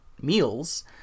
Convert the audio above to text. meals